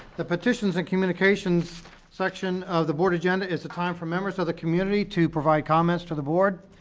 the petitions and communications section of the board agenda is the time for members of the community to provide comments to the board.